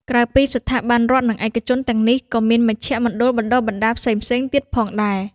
ក្រៅពីស្ថាប័នរដ្ឋនិងឯកជនទាំងនេះក៏មាន មជ្ឈមណ្ឌលបណ្តុះបណ្តាលផ្សេងៗ ទៀតផងដែរ។